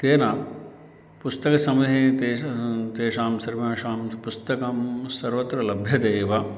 तेन पुस्तकसमये तेषां तेषां सर्वेषां पुस्तकं सर्वत्र लभ्यते एव